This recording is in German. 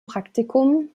praktikum